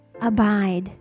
abide